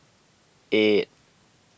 eight